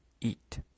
eat